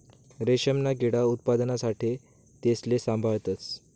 रेशीमना किडा उत्पादना साठे तेसले साभाळतस